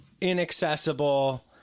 inaccessible